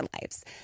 lives